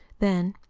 then,